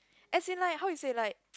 as in like how you say like